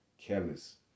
careless